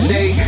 Day